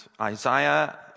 Isaiah